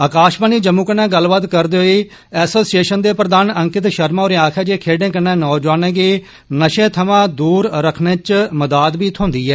आकाशवाणी जम्मू कन्ने गल्लबात करदे होई एसोसिएशन दे प्रधान अंकित शर्मा होरे आक्खेया जे खेड्डे कन्ने नौजोआने गी नशे थर्मा दूर रक्खने च बी मदद थ्होंदी ऐ